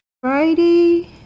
friday